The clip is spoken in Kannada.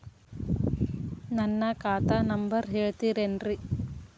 ನನ್ನ ಖಾತಾ ನಂಬರ್ ಹೇಳ್ತಿರೇನ್ರಿ?